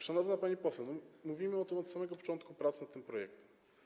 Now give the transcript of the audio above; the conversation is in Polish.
Szanowna pani poseł, mówimy o tym od samego początku pracy nad tym projektem.